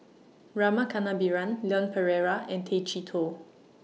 Rama Kannabiran Leon Perera and Tay Chee Toh